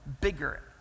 bigger